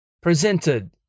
Presented